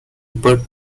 but